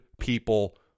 people